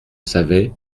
savait